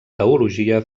teologia